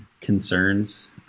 concerns